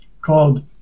called